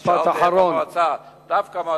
אז שכחתי את המועצה.